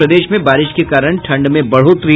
और प्रदेश में बारिश के कारण ठंड में बढ़ोतरी